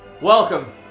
Welcome